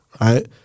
right